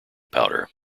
powder